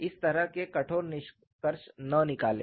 इस तरह के कठोर निष्कर्ष न निकालें